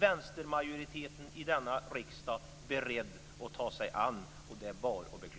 Vänstermajoriteten i vår riksdag är inte beredd att ta sig an detta. Det är bara att beklaga.